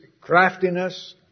craftiness